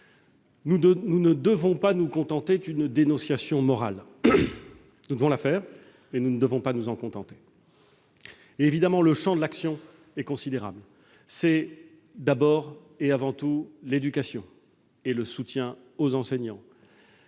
nous ne devons pas nous contenter d'une dénonciation morale : nous devons la faire, mais nous ne devons pas nous en contenter. Évidemment, le champ de l'action est considérable. Je pense d'abord et avant tout à l'éducation et au soutien aux enseignants